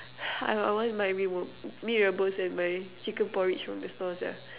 oh god I want my Mee-Rebus and my chicken porridge from just now sia